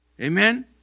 Amen